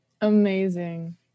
Amazing